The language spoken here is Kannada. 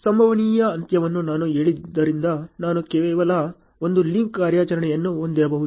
ಸಂಭವನೀಯ ಅಂತ್ಯವನ್ನು ನಾನು ಹೇಳಿದ್ದರಿಂದ ನಾನು ಕೇವಲ ಒಂದು ಲಿಂಕ್ ಕಾರ್ಯಾಚರಣೆಯನ್ನು ಹೊಂದಿರಬಹುದು